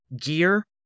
gear